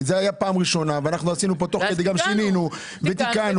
זאת הייתה פעם ראשונה ותוך כדי אנחנו שינינו ותיקנו.